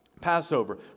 Passover